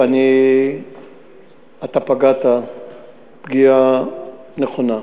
אתה פגעת פגיעה נכונה.